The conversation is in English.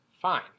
fine